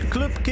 Club